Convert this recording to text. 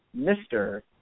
Mr